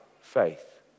faith